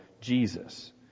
Jesus